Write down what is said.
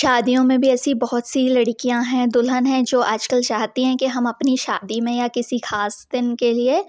शादियों में भी ऐसी बहुत सी लड़कियाँ हैं दुल्हन हैं जो आजकल चाहती हैं कि हम अपनी शादी में या किसी खास दिन के लिए